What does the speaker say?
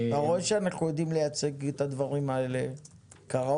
אתה רואה שאנחנו יודעים לייצג את הדברים האלה כראוי,